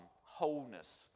wholeness